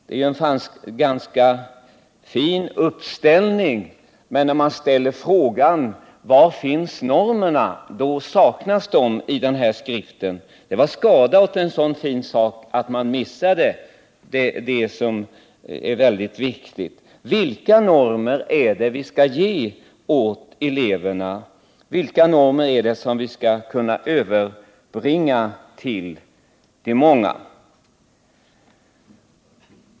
Det är en ganska fin uppställning, men om man frågar var normerna finns skall man finna att de saknas. Det är skada på en så fin sak att man missade det som är så viktigt. Vilka normer är det vi skall ge åt eleverna? Vilka normer skall vi kunna överbringa till de många?